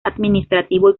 administrativo